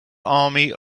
army